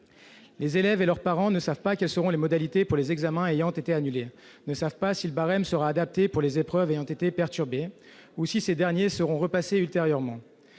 Les élèves et leurs parents ne savent pas quelles seront les modalités pour les examens annulés, ni si le barème sera adapté pour les épreuves ayant été perturbées, ou si ces dernières seront repassées ultérieurement.